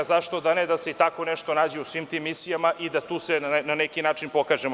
Zašto da ne, da se i tako nešto nađe u svim tim misijama i da se tu na neki način pokažemo.